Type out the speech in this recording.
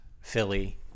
Philly